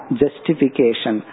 justification